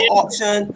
option